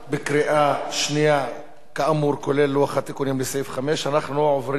כאמור כולל לוח התיקונים לסעיף 5. אנחנו עוברים להצבעה בקריאה שלישית.